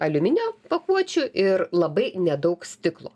aliuminio pakuočių ir labai nedaug stiklo